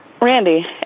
Randy